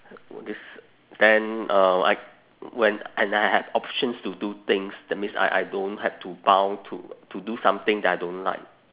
this then uh like when and I had options to do things that means I I don't have to bound to to do something that I don't like